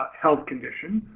health condition